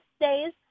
days